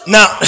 Now